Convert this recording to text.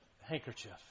handkerchief